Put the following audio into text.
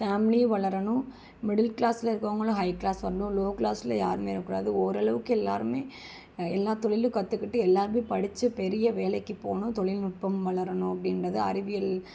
family வளரணும் மிடில்க்ளாஸ்ல இருக்கவங்களும் ஹை க்ளாஸ் வரணும் லோ க்ளாஸ் யாருமே இருக்கக்கூடாது ஓரளவுக்கு எல்லாருமே எல்லா தொழிலும் கற்றுக்கிட்டு எல்லாருமே படிச்சு பெரிய வேலைக்கு போகணும் தொழில்நுட்பம் வளரணும் அப்படின்றது அறிவியல்